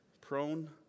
Prone